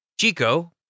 Chico